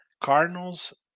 Cardinals